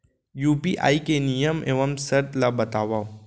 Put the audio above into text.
UPI के नियम एवं शर्त ला बतावव